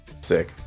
Sick